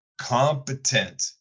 competent